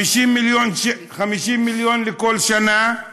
50 מיליון לכל שנה.